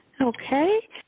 Okay